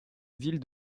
ville